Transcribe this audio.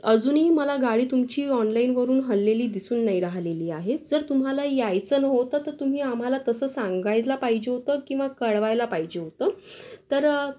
अजूनही मला गाडी तुमची ऑनलाईनवरून हललेली दिसून नाही राहिलेली आहे जर तुम्हाला यायचं नव्हतं तर तुम्ही आम्हाला तसं सांगायला पाहिजे होतं किंवा कळवायला पाहिजे होतं तर